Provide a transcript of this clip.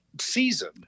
season